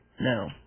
No